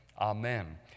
Amen